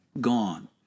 gone